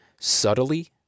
subtly